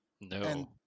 no